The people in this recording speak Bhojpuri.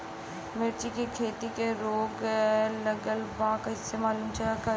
मिर्ची के खेती में रोग लगल बा कईसे मालूम करि?